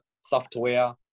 software